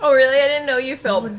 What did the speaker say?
really? i didn't know you felt